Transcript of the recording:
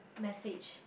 message